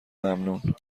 ممنون